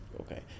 Okay